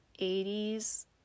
80s